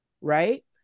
Right